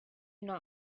not